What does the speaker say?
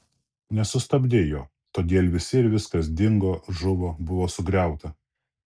nesustabdei jo todėl visi ir viskas dingo žuvo buvo sugriauta